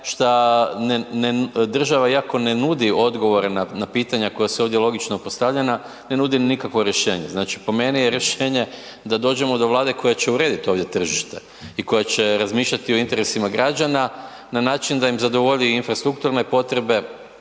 šta država iako ne nudi odgovore na pitanja koja su ovdje logično postavljena, ne nudi nikakvo rješenje. Znači po meni je rješenje da dođemo do Vlade koja će urediti ovdje tržište i koja će razmišljati o interesima građana na način da im zadovolji infrastrukturne potrebe